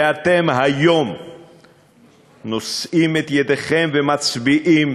ואתם היום נושאים את ידיכם ומצביעים